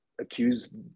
accused